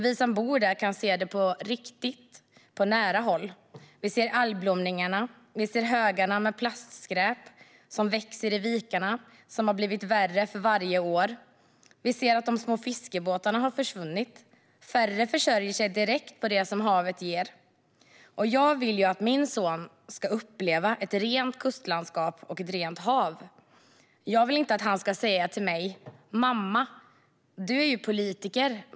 Vi som bor där kan se det på riktigt - på nära håll. Vi ser algblomningarna, och vi ser högarna med plastskräp som växer i vikarna och som blivit värre för varje år. Vi ser att de små fiskebåtarna har försvunnit, och allt färre försörjer sig direkt på det som havet ger. Jag vill att min son ska kunna uppleva ett rent kustlandskap och ett rent hav. Jag vill inte att han ska säga till mig: Mamma, du är ju politiker.